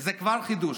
זה כבר חידוש,